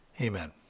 Amen